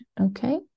okay